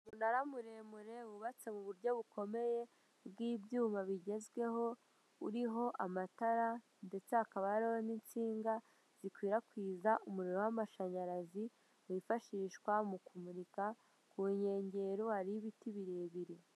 Umunara muremure wubatse mu buryo bukomeye bw'ibyuma bigezweho, uriho amatara, ndetse hakaba hariho n'inshinga zikwirakwiza umuriro w'amashanyarazi wifashishwa mu kumurika, ku nkengero hariho ibiti birebire.